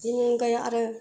बेनि अनगायै आरो